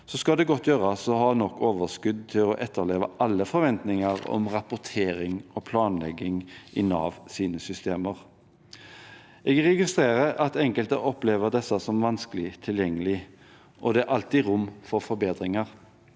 skal det godt gjøres å ha nok overskudd til å etterleve alle forventninger om rapportering og planlegging i Navs systemer. Jeg registrerer at enkelte opplever disse som vanskelig tilgjengelige, og det er alltid rom for forbedringer.